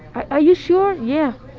are you sure? yeah.